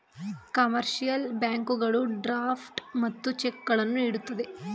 commercial ಬ್ಯಾಂಕುಗಳು draft ಮತ್ತು ಚೆಕ್ಕುಗಳನ್ನು ನೀಡುತ್ತದೆ